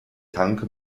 tanke